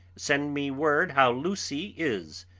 send me word how lucy is.